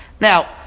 Now